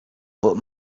what